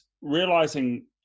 realizing